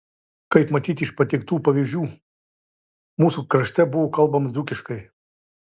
kaip matyti iš patiektų pavyzdžių mūsų krašte buvo kalbama dzūkiškai